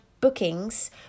bookings